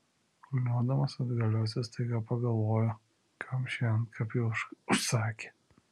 kulniuodamas atgalios jis staiga pagalvojo kam šį antkapį užsakė